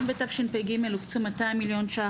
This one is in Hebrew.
אם בתשפ"ג הוקצו 200 מיליון ₪,